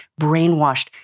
brainwashed